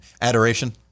adoration